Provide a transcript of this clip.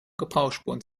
gebrauchsspuren